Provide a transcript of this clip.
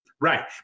Right